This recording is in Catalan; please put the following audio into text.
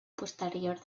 posterior